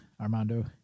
Armando